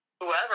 whoever